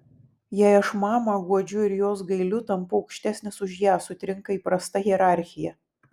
jei aš mamą guodžiu ir jos gailiu tampu aukštesnis už ją sutrinka įprasta hierarchija